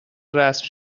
رسم